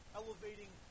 elevating